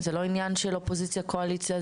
זה לא עניין של אופוזיציה קואליציה,